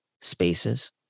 spaces